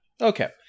Okay